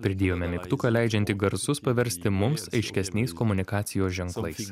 pridėjome mygtuką leidžiantį garsus paversti mums aiškesniais komunikacijos ženklais